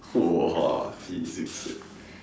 !wah! physics eh